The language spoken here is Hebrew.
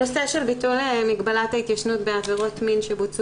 הנושא של ביטול מגבלת ההתיישנות בעבירות מין שבוצעו